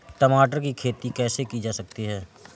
टमाटर की खेती कैसे की जा सकती है?